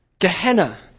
Gehenna